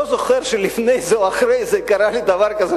לא זוכר שלפני זה או אחרי זה קרה לי דבר כזה,